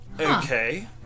Okay